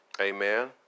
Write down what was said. Amen